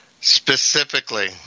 specifically